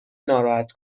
ناراحت